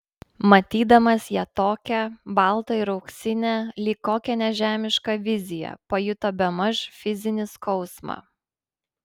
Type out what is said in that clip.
matydamas ją tokią baltą ir auksinę lyg kokią nežemišką viziją pajuto bemaž fizinį skausmą